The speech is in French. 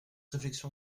réflexion